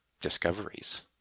discoveries